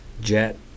jet